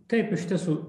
taip iš tiesų